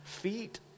Feet